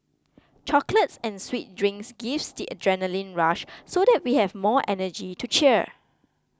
chocolates and sweet drinks gives the adrenaline rush so that we have more energy to cheer